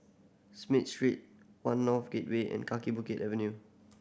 Smith Street One North Gateway and Kaki Bukit Avenue